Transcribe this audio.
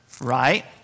Right